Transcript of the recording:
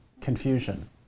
confusion